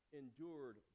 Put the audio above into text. endured